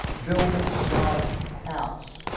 building god's house.